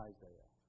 Isaiah